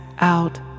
out